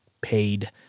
paid